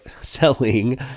selling